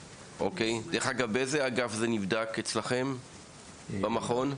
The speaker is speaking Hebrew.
דרך אגב, באיזה אגף זה נבדק אצלכם, במכון?